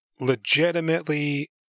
legitimately